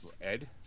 ed